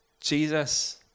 Jesus